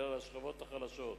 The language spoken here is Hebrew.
אלא על השכבות החלשות.